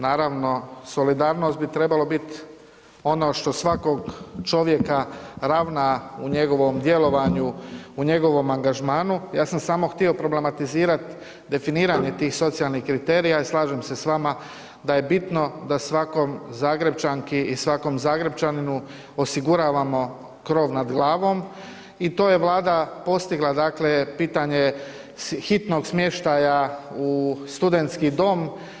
Naravno solidarnost bi trebalo biti ono što svakog čovjeka ravna u njegovom djelovanju, u njegovom angažmanu, ja sam samo htio problematizirat definiranje tih socijalnih kriterija i slažem se s vama da je bitno da svakoj Zagrepčanki i svakom Zagrepčaninu osiguravamo krov nad glavom i to je Vlada postigla, pitanje hitnog smještaja u studentski dom.